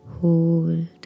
hold